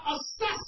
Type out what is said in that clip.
assess